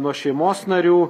nuo šeimos narių